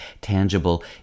Tangible